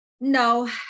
No